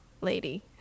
lady